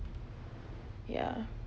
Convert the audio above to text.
ya